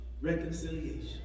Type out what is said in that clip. reconciliation